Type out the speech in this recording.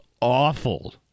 awful